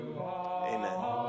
Amen